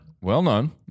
Well-known